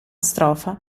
strofa